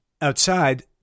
Outside